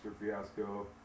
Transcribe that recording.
fiasco